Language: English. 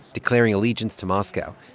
declaring allegiance to moscow,